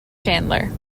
chandler